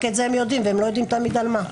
רק את זה הם יודעים והם לא יודעים תמיד על מה.